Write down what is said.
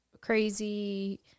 crazy